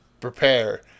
prepare